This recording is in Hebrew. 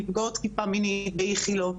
לנפגעות תקיפה מינית באיכילוב,